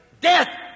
death